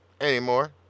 anymore